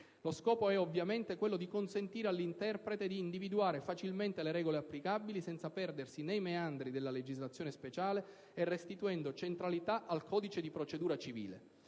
Lo scopo è ovviamente quello di consentire all'interprete di individuare facilmente le regole applicabili, senza perdersi nei meandri della legislazione speciale e restituendo centralità al codice di procedura civile.